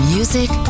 Music